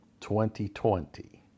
2020